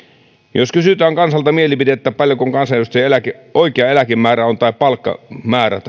jos kysytään kansalta mielipidettä paljonko kansanedustajan oikea eläkemäärä tai palkkion määrä